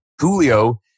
Julio